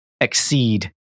exceed